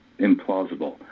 implausible